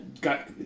got